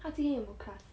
他今天有没有 class